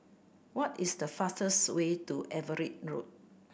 what is the fastest way to Everitt Road